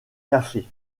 cafés